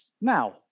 now